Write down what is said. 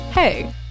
Hey